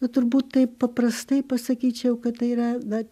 bet turbūt taip paprastai pasakyčiau kad tai yra na